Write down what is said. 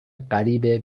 غریبه